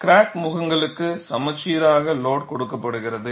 crack முகங்களுக்கு சமச்சீராக load கொடுக்கப்படுகிறது